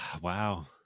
Wow